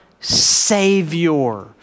Savior